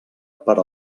per